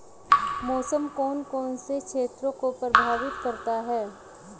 मौसम कौन कौन से क्षेत्रों को प्रभावित करता है?